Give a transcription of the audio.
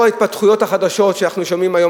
לאור ההתפתחויות האחרונות שאנחנו שומעים היום,